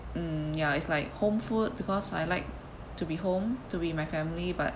mm ya it's like home food because I like to be home to be with my family but